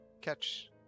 catch